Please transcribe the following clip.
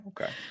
Okay